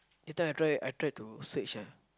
later I try I try to search ah